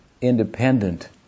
independent